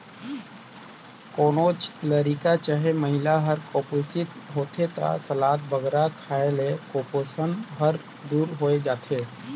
कोनोच लरिका चहे महिला हर कुपोसित होथे ता सलाद बगरा खाए ले कुपोसन हर दूर होए जाथे